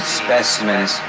specimens